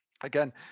again